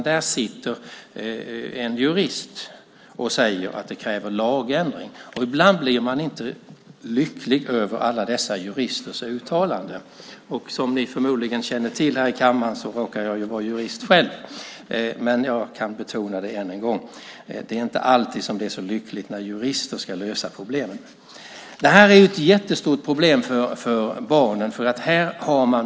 Där sitter en jurist och säger att det kräver en lagändring. Ibland blir man inte lycklig över alla dessa juristers uttalanden. Som ni förmodligen känner till i kammaren råkar jag vara jurist själv, men jag kan betona än en gång att det inte alltid är så lyckligt när jurister ska lösa problemen. Det här är ett jättestort problem för barnen.